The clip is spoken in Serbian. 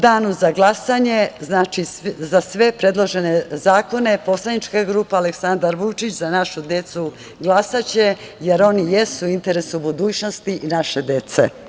U danu za glasanje za sve predložene zakone poslanička grupa Aleksandar Vučić – Za našu decu će glasati, jer oni jesu u interesu budućnosti naše dece.